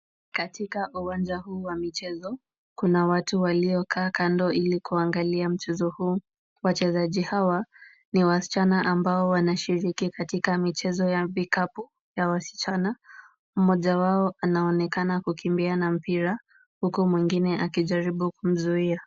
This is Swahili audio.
Katika uwanja huu wa michezo, kuna watu waliokaa kando ili kuangalia mchezo huu. Wachezaji hawa ni wasichana, ambao wanashiriki katika michezo ya vikapu ya wasichana mmoja wao anaonekana kukimbia na mpira huku mwingine akijaribu kumzuia.